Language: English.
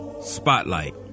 Spotlight